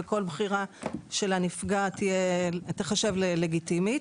וכל בחירה של הנפגעת תיחשב ללגיטימית.